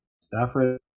Stafford